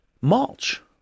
mulch